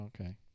okay